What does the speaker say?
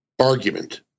argument